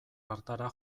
hartara